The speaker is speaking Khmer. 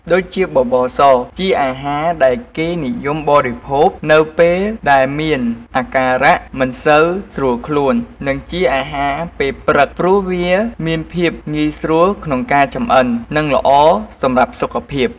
ដូចជាបបរស ជាអាហារដែលគេនិយមបរិភោគនៅពេលដែលមានអាការៈមិនសូវស្រួលខ្លួន និងជាអាហារពេលព្រឹក ព្រោះវាមានភាពងាយស្រួលក្នុងការចំអិន និងល្អសម្រាប់សុខភាព។